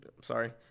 sorry